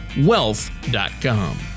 wealth.com